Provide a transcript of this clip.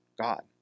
God